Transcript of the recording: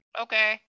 Okay